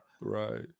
Right